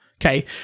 Okay